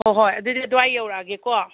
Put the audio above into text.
ꯍꯣꯏ ꯍꯣꯏ ꯑꯗꯨꯗꯤ ꯑꯗꯨꯋꯥꯏꯗ ꯌꯧꯔꯛꯑꯒꯦꯀꯣ